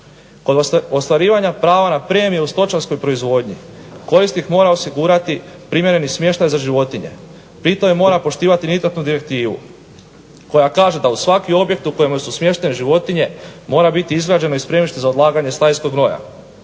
Kod ostvarivanja prava na premije u stočarskoj proizvodnji korisnik mora osigurati privremeni smještaj za životinje. Bitno je mora poštivati … direktivu koja kaže da u svaki objekt u kojemu su smještene životinje mora biti izgrađeno i spremište za odlaganje stajskog gnoja.